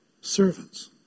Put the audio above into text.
servants